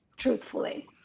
truthfully